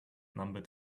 numbered